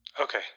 Okay